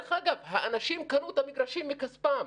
ודרך אגב, האנשים קנו את המגרשים מכספם.